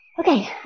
Okay